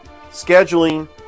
scheduling